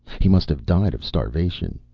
he must have died of starvation.